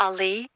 Ali